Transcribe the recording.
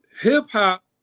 Hip-hop